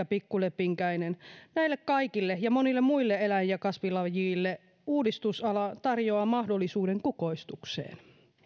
pikkulepinkäinen näille kaikille ja monille muille eläin ja kasvilajeille uudistusala tarjoaa mahdollisuuden kukoistukseen